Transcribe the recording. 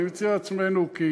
אני מציע לעצמנו, כי